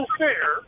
fair